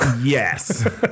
Yes